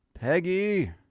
peggy